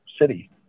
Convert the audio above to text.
city